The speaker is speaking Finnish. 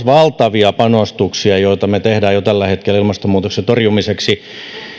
valtavia panostuksia joita me teemme jo tällä hetkellä ilmastonmuutoksen torjumiseksi